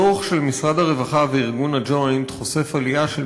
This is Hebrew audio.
הדוח של משרד הרווחה וארגון ה"ג'וינט" חושף עלייה של